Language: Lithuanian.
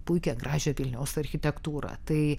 puikią gražią vilniaus architektūrą tai